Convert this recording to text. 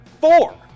Four